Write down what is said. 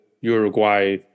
Uruguay